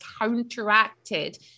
counteracted